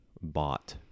bought